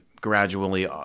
gradually